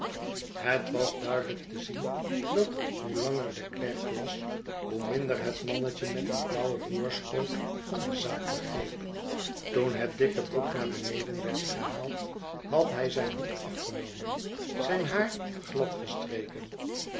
het was duidelijk te zien dat hoe langer de klerk las hoe minder het mannetje met hetblauwe voorschoot van de zaak begreep toen het dikke boek naar beneden werd gehaald had hij zijn hoed afgenomen zijn haar